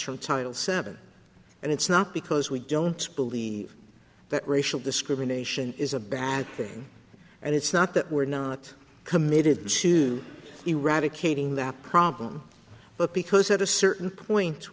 from title seven and it's not because we don't believe that racial discrimination is a bad thing and it's not that we're not committed to eradicating that problem but because at a certain point